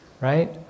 right